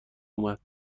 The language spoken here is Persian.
اومد